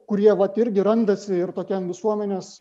kurie vat irgi randasi ir tokiam visuomenės